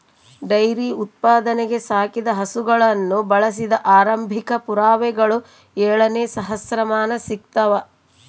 dairy ಉತ್ಪಾದನೆಗೆ ಸಾಕಿದ ಹಸುಗಳನ್ನು ಬಳಸಿದ ಆರಂಭಿಕ ಪುರಾವೆಗಳು ಏಳನೇ ಸಹಸ್ರಮಾನ ಸಿಗ್ತವ